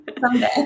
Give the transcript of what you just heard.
someday